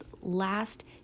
last